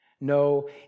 No